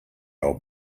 old